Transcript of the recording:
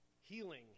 healing